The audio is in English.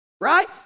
Right